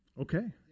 okay